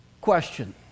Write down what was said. Question